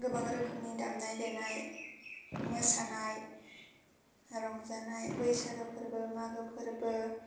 गोबां रोखोमनि दामनाय देनाय मोसानाय रंजानाय बैसागो फोरबो मागो फोरबो